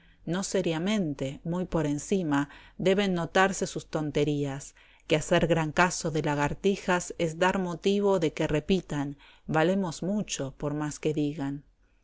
no seriamente muy por encima deben notarse sus tonterías que hacer gran caso de lagartijas es dar motivo de que repitan valemos mucho por más que digan